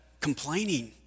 complaining